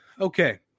Okay